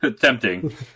tempting